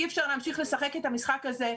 אי אפשר להמשיך לשחק את המשחק הזה.